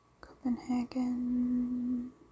Copenhagen